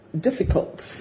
difficult